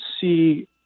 see